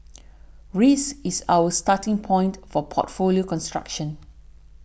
risk is our starting point for portfolio construction